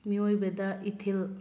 ꯃꯤꯑꯣꯏꯕꯗ ꯏꯊꯤꯜ